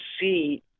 see